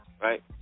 right